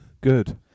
good